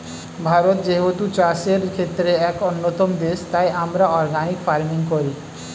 ভারত যেহেতু চাষের ক্ষেত্রে এক অন্যতম দেশ, তাই আমরা অর্গানিক ফার্মিং করি